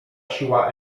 siła